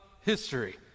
history